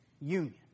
union